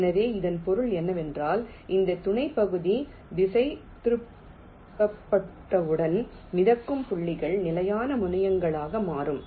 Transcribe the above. எனவே இதன் பொருள் என்னவென்றால் இந்த துணைப் பகுதி திசைதிருப்பப்பட்டவுடன் மிதக்கும் புள்ளிகள் நிலையான முனையங்களாக மாறும்